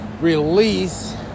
release